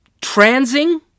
transing